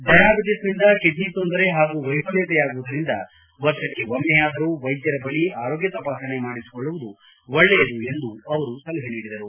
ಡಯಾಬಿಟಿಸ್ನಿಂದ kidney ತೊಂದರೆ ಹಾಗೂ ವೈಪಲ್ಕತೆಯಾಗುವುದರಿಂದ ವರ್ಷಕ್ಕೆ ಒಮ್ಮೆಯಾದರೂ ವೈದ್ಯರ ಬಳಿ ಆರೋಗ್ಯ ತಪಾಸಣೆ ಮಾಡಿಸಿಕೊಳ್ಳುವುದು ಒಳ್ಳೆಯದು ಎಂದು ಅವರು ಹೇಳಿದರು